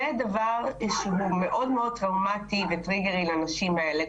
זה דבר שהוא מאוד טראומטי וטריגרי לנשים האלה.